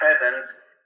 presence